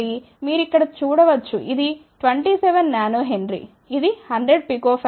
కాబట్టి మీరు ఇక్కడ చూడ వచ్చు ఇది 27 nH ఇది 100 pF 8